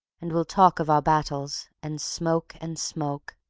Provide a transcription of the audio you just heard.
and we'll talk of our battles, and smoke and smoke